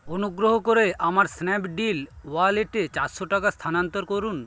অনুগ্রহ করে আমার স্ন্যাপডিল ওয়ালেটে চারশো টাকা স্থানান্তর করুন